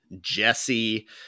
Jesse